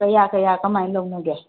ꯀꯌꯥ ꯀꯌꯥ ꯀꯃꯥꯏꯅ ꯂꯧꯅꯒꯦ